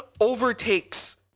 overtakes